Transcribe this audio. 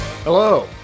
Hello